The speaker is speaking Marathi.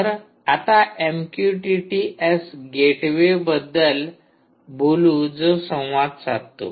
तर आता एमक्यूटीटी एस गेटवे बद्दल बोलू जो संवाद साधतो